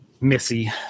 Missy